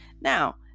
Now